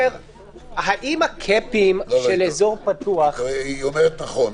האם הקאפים של אזור פתוח --- היא אומרת נכון,